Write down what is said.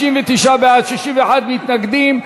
59 בעד, 61 מתנגדים.